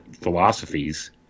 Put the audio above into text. philosophies